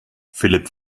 philipp